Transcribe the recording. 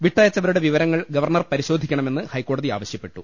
വിട്ടയച്ചവരുടെ വിവരങ്ങൾ ഗവർണർ പരിശോധിക്കണമെന്ന് ഹൈക്കോടതി ആവശ്യപ്പെട്ടു